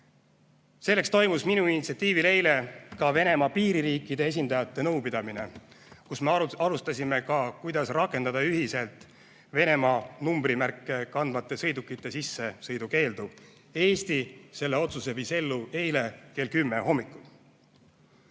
Selleks toimus minu initsiatiivil eile Venemaa piiririikide esindajate nõupidamine, kus me arutasime ka, kuidas rakendada ühiselt Venemaa numbrimärki kandvate sõidukite sissesõidukeeldu. Eesti viis selle otsuse ellu eile kell 10 hommikul. Kõik